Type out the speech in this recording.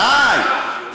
בוודאי.